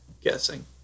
guessing